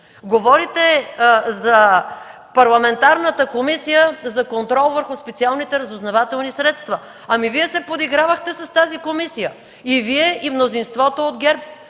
Говорите за парламентарната Комисия за контрол върху специалните разузнавателни средства. Вие се подигравахте с тази комисия – Вие и мнозинството от ГЕРБ.